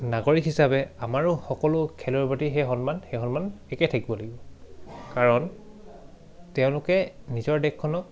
নাগৰিক হিচাপে আমাৰো সকলো খেলৰ প্ৰতি সেই সন্মান সেই সন্মান একে থাকিব লাগিব কাৰণ তেওঁলোকে নিজৰ দেশখনক